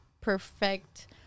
perfect